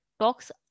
talks